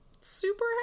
super